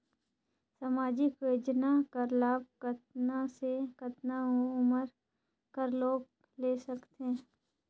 समाजिक योजना कर लाभ कतना से कतना उमर कर लोग ले सकथे?